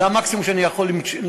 זה המקסימום שאני יכול למתוח.